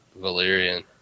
Valyrian